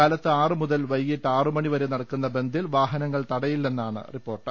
കാലത്ത് ആറുമു തൽ വൈകിട്ട് ആറുമണി വരെ നടക്കുന്ന ബന്ദിൽ വാഹനങ്ങൾ തടയില്ലെന്നാണ് റിപ്പോർട്ട്